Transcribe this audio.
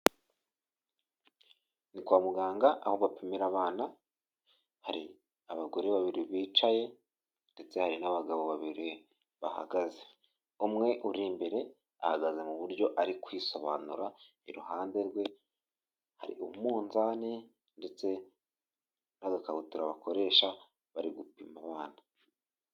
Ni kwa muganga aho bapimira abana, hari abagore babiri bicaye ndetse hari n'abagabo babiri bahagaze, umwe uri imbere ahagaze mu buryo ari kwisobanura iruhande rwe hari umunzani ndetse agakabutura abakoresha bari gupima abana.